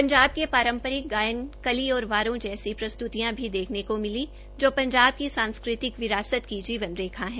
पंजाब के पांरपरिक गायन कलि और वारों जैसी प्रस्त्तियां भी देखने को मिली जो पंजाब की सांस्कृतिक विरासत की जीवन रेखा है